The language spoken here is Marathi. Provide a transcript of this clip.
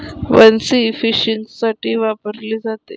बन्सी फिशिंगसाठी वापरली जाते